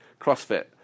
CrossFit